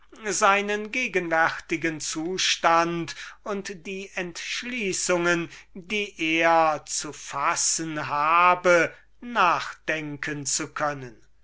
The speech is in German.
seinen gegenwärtigen zustand und die entschließungen die er zu fassen habe nachdenken zu können